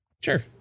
sure